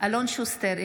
אלון שוסטר,